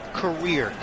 career